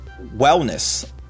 Wellness